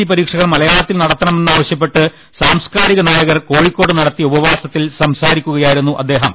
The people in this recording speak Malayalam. സി പരീക്ഷകൾ മലയാളത്തിൽ നടത്തണമെന്ന് ആവശ്യപ്പെട്ട് സാംസ് കാരിക നായകർ കോഴിക്കോട്ട് നടത്തിയ ഉപവാസത്തിൽ സംസാരിക്കുകയായിരുന്നു അദ്ദേഹം